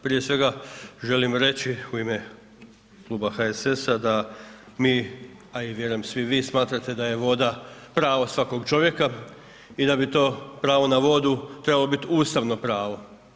Prije svega želim reći u ime Kluba HSS-a da mi, a vjerujem i svi vi smatrate da je voda pravo svakog čovjeka i da bi to pravo na vodu trebalo biti ustavno pravo.